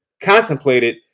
contemplated